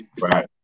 Right